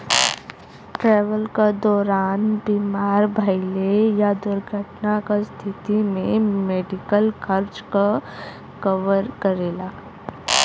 travel क दौरान बीमार भइले या दुर्घटना क स्थिति में मेडिकल खर्च क कवर करेला